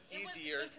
easier